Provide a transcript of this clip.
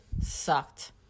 sucked